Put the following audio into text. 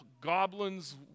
goblins